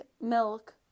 milk